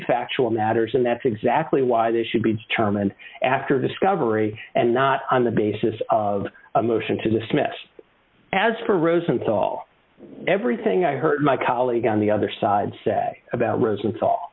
factual matters and that's exactly why this should be determined after discovery and not on the basis of a motion to dismiss as for rosenthal everything i heard my colleague on the other side say about rosenthal